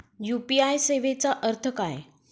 UPI सेवेचा अर्थ काय?